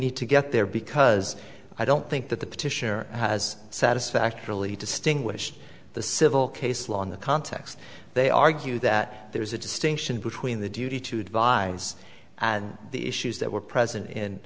need to get there because i don't think that the petitioner has satisfactorily distinguish the civil case law in the context they argue that there is a distinction between the duty to advise and the issues that were present